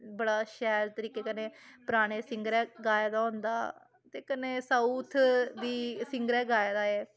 बड़ा शैल तरीके कन्नै पराने सिंगरें गाए दा होंदा ते कन्नै साउथ दी सिंगरै गाए दा ऐ एह्